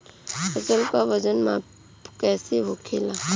फसल का वजन माप कैसे होखेला?